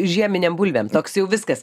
žieminėm bulvėm toks jau viskas